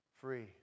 free